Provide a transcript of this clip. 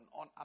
on